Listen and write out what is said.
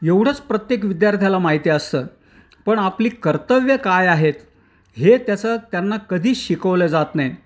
एवढंच प्रत्येक विद्यार्थ्याला माहिती असतं पण आपली कर्तव्य काय आहेत हे त्याचं त्यांना कधीच शिकवलं जात नाही